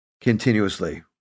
continuously